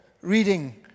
reading